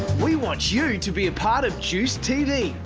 we want you to be a part of juiced tv.